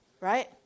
right